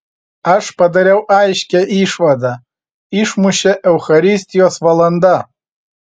aš padariau aiškią išvadą išmušė eucharistijos valanda